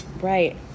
right